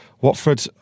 Watford